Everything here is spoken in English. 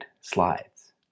slides